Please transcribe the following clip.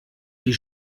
die